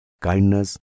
kindness